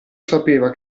sapeva